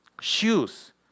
shoes